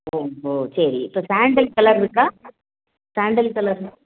ஓ ஓ சரி இப்போ சேண்டில் கலர் இருக்கா சேண்டில் கலர்